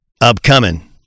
upcoming